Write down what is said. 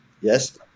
Yes